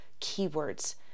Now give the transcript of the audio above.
keywords